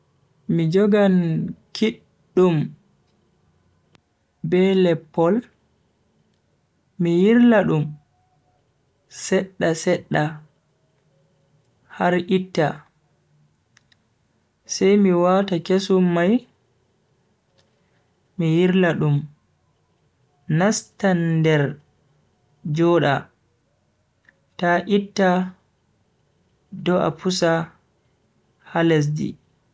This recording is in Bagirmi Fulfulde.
Mi jogan kiddum be leppol miyirla dum sedda sedda har itta, sai mi wata kesum mai mi yirla dum nasta nder joda ta itta do'a pusa ha lesdi.